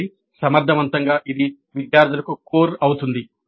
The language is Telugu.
కాబట్టి సమర్థవంతంగా ఇది విద్యార్థులకు కోర్ అవుతుంది